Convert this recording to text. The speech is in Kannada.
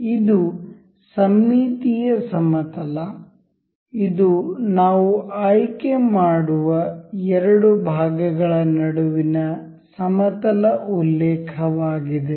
ಇದು ಸಮ್ಮಿತೀಯ ಸಮತಲ ಇದು ನಾವು ಆಯ್ಕೆ ಮಾಡುವ ಎರಡು ಭಾಗಗಳ ನಡುವಿನ ಸಮತಲ ಉಲ್ಲೇಖಯಾಗಿದೆ